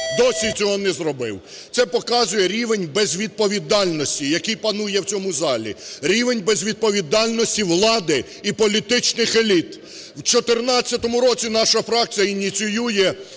досі цього не зробив. Це показує рівень безвідповідальності, який панує в цьому залі, рівень безвідповідальності влади і політичних еліт. У 2014 році наша фракція ініціює